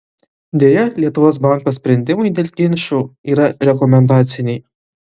deja lietuvos banko sprendimai dėl ginčų yra rekomendaciniai